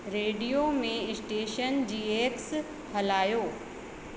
radio में station जी एक्स हलायो